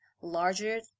larger